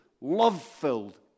love-filled